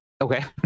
Okay